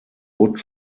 wood